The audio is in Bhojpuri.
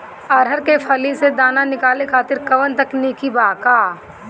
अरहर के फली से दाना निकाले खातिर कवन तकनीक बा का?